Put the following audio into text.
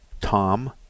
Tom